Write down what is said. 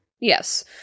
Yes